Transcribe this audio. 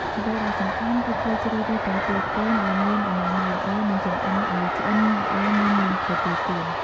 អ្វីដែលសំខាន់ គឺត្រូវជ្រើសរើសពងទាកូនដែលមានអនាម័យល្អ និងចម្អិនឱ្យឆ្អិនល្អមុននឹងទទួលទាន។